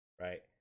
right